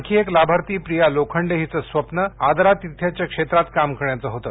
आणखी एक लाभार्थी प्रिया लोखंडे हिचं स्वप्नं आदरातिथ्याच्या क्षेत्रात काम करण्याचं होतं